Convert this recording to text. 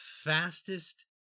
fastest